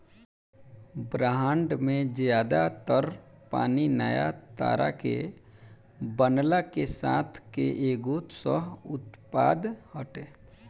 ब्रह्माण्ड में ज्यादा तर पानी नया तारा के बनला के साथ के एगो सह उत्पाद हटे